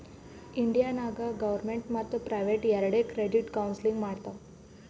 India ನಾಗ್ government ಮತ್ತ private ಎರೆಡು ಕ್ರೆಡಿಟ್ ಕೌನ್ಸಲಿಂಗ್ ಮಾಡ್ತಾವ್